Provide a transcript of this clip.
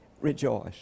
Rejoice